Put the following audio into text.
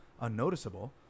unnoticeable